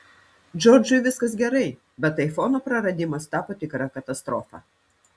džordžui viskas gerai bet aifono praradimas tapo tikra katastrofa